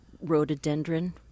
rhododendron